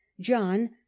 John